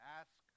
ask